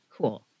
cool